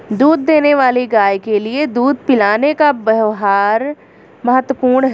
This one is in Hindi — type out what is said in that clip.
दूध देने वाली गाय के लिए दूध पिलाने का व्यव्हार महत्वपूर्ण है